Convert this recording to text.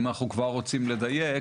אם אנחנו כבר רוצים לדייק,